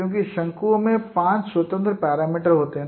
चूंकि शंकुओं में पाँच स्वतंत्र पैरामीटर होते हैं